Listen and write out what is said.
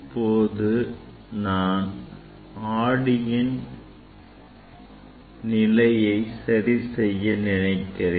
இப்போது நான் ஆடியின் நிலையை சரி செய்ய நினைக்கிறேன்